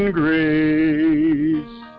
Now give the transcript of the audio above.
grace